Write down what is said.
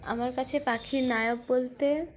আমার কাছে পাখির নায়ক বলতে